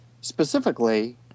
specifically